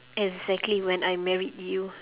exactly when I married you